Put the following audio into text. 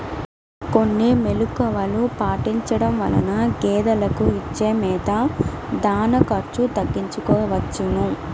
కొన్ని మెలుకువలు పాటించడం వలన గేదెలకు ఇచ్చే మేత, దాణా ఖర్చు తగ్గించుకోవచ్చును